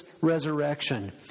resurrection